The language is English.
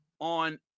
on